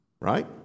right